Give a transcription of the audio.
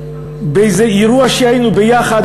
באיזה אירוע שהיינו יחד,